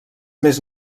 més